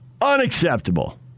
Unacceptable